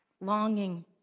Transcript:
longing